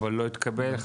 0 הסתייגות 54 לא התקבלה.